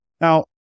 Now